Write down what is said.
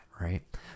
right